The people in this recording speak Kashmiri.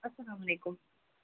اسلامُ علیکُم